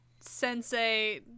sensei